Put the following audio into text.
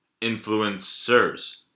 influencers